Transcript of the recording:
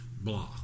blah